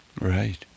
Right